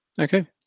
Okay